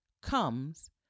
comes